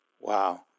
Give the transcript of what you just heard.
Wow